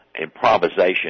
improvisation